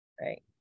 right